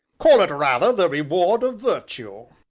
call it rather the reward of virtue,